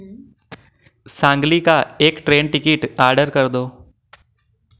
सांगली का एक train ticket order कर दो